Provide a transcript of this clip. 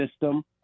system